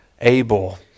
Abel